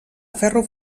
ferro